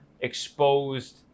exposed